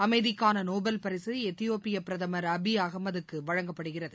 அமைதிக்காள Nobel பரிசு Ethiopia பிரதமா் Abiy அஹமதுக்கு வழங்கப்படுகிறது